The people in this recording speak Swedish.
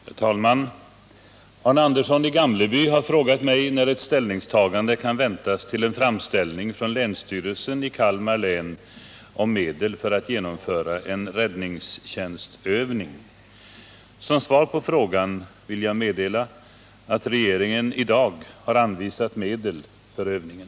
Herr talman! Arne Andersson i Gamleby har frågat mig när ett ställningstagande kan väntas till en framställning från länsstyrelsen i Kalmar län om medel för att genomföra en räddningstjänstövning. Som svar på frågan vill jag meddela att regeringen i dag har anvisat medel för övningen.